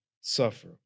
suffer